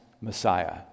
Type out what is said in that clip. Messiah